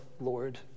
Lord